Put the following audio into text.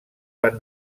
van